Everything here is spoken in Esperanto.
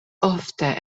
ofte